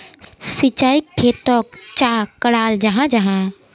सिंचाई खेतोक चाँ कराल जाहा जाहा?